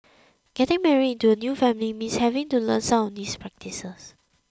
getting married into a new family means having to learn some of these practices